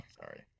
sorry